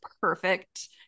perfect